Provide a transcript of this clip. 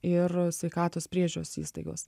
ir sveikatos priežiūros įstaigos